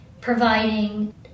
providing